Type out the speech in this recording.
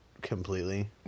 completely